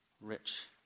rich